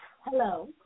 hello